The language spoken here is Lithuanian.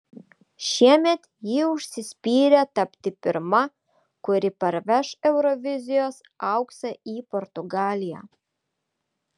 šiemet ji užsispyrė tapti pirma kuri parveš eurovizijos auksą į portugaliją